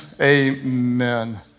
amen